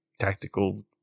tactical